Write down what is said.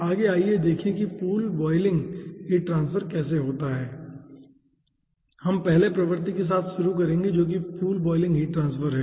आगे आइए देखें कि पूल बपिलिंग हीट ट्रांसफर कैसे होता है हम पहले प्रवृत्ति के साथ शुरू करेंगे जो कि पूल बॉयलिंग हीट ट्रांसफर है